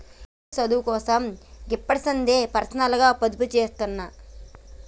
మా పిల్లోడి సదువుకోసం గిప్పడిసందే పర్సనల్గ పొదుపుజేత్తన్న